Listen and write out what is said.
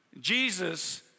Jesus